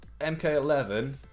MK11